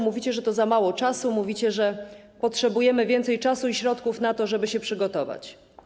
Mówicie, że to za mało czasu, mówicie, że potrzebujemy więcej czasu i środków na to, żeby się przygotować.